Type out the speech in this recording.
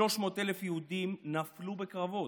300,000 יהודים נפלו בקרבות,